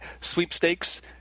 sweepstakes